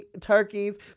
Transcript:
turkeys